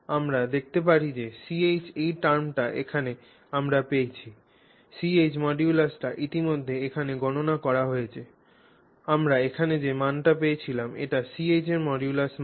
আমরা দেখতে পারি যে Ch এই টার্মটি এখানে আমরা পেয়েছি Ch মডুলাসটি ইতিমধ্যে এখানে গণনা করা হয়েছে আমরা এখানে যে মানটি পেয়েছিলাম এটি Ch এর মডুলাসের মান